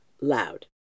loud